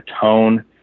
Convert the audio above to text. tone